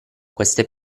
queste